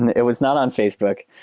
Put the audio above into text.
it was not on facebook.